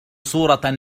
صورة